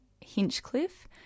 Hinchcliffe